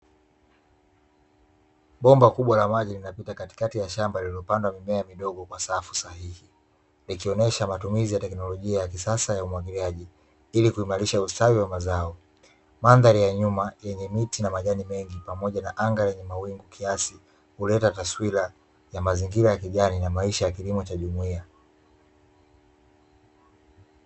Bomba kubwa la maji linapita katikati ya shamba lilopanda mimea midogo kwa safu sahihi ikionyesha teknolijia ya kisasa ya umwagiliaji ili kuimarisha ustawi wa mazao, mandhari ya nyuma yenye miti na majani mengi pamoja na anga lenye mawingu kiasi huleta taswira ya ya mazingira ya kijani na maisha ya kilimo cha jumuiya.